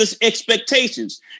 expectations